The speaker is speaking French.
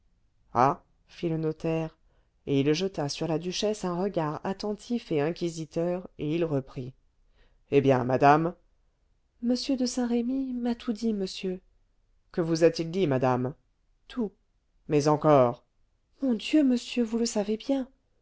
le notaire et il jeta sur la duchesse un regard attentif et inquisiteur et il reprit eh bien madame m de saint-remy m'a tout dit monsieur que vous a-t-il dit madame tout mais encore mon dieu monsieur vous le savez bien